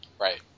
right